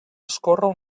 escórrer